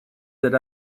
that